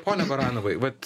pone baranovai vat